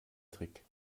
trick